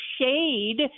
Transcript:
Shade